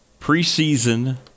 preseason